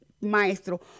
Maestro